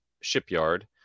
shipyard